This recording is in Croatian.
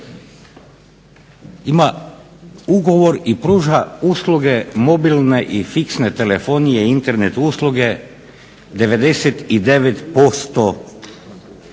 ima ugovor i pruža usluge mobilne i fiksne telefonije i Internet usluge 99%